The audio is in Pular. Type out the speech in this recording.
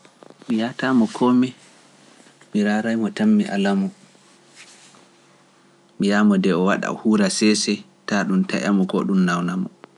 Mi wiyatamo komai, mi raaraay mo tan mi ala mo, mi yaha mo de o waɗa o huura sese, taa ɗum taƴa mo ko ɗum nawna mo.